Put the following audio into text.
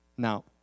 Now